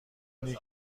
اینه